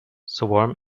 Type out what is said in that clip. swarm